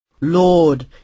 Lord